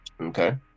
Okay